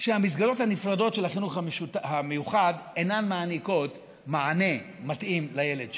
שהמסגרות הנפרדות של החינוך הרגיל אינן מעניקות מענה מתאים לילד שלי,